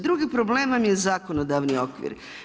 Drugi problem vam je zakonodavni okvir.